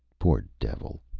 poor devil,